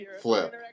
flip